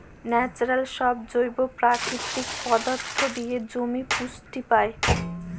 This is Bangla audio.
ন্যাচারাল সব জৈব প্রাকৃতিক পদার্থ দিয়ে জমি পুষ্টি পায়